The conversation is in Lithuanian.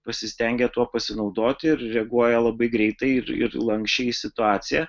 pasistengia tuo pasinaudoti ir reaguoja labai greitai ir ir lanksčiai į situaciją